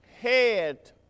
head